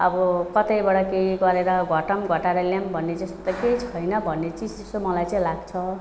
अब कतैबाट केही गरेर घटाऊँ घटाएर ल्याऊँ भन्ने चाहिँ त्यस्तो त केही छैन भन्ने चिसोचिसो मलाई चाहिँ लाग्छ